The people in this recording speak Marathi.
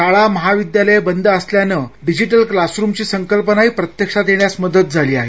शाळा महाविद्यालये बंद असल्यानं डिजिटल क्लासरूम ची संकल्पनाही प्रत्यक्षात येण्यास मदत झाली आहे